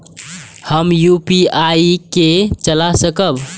हम यू.पी.आई के चला सकब?